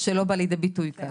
שלא בא לידי ביטוי כאן,